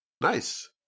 Nice